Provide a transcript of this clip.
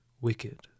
wicked